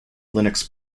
linux